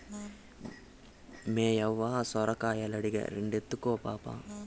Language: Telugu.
మేయవ్వ సొరకాయలడిగే, రెండెత్తుకో పాపా